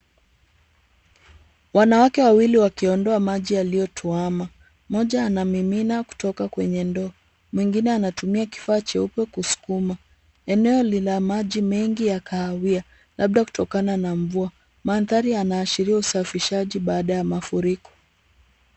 Wanawake wawili wakiondoa maji yaliyotuama. Mmoja ana mimina kutoka kwenye ndoo. Mwingine anatumia kifaa cheupe kuskuma. Eneo lina maji mengi ya kahawia labda kutokana na mvua. Mandhari yanaashiria usafishaji baada ya mafuriko.